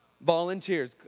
volunteers